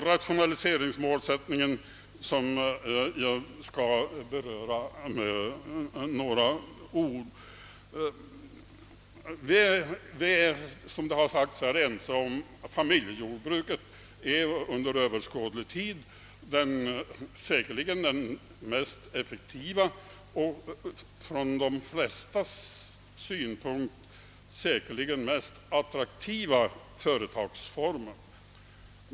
Rationaliseringsmålsättningen vill jag också beröra med några ord. Vi är, som det har sagts, ense om att familjejordbruket säkerligen under överskådlig tid är den mest effektiva och från de flestas synpunkt mest attraktiva företagsformen.